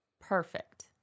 Perfect